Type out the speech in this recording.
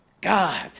God